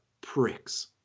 pricks